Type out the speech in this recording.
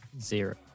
Zero